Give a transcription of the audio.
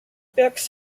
peaks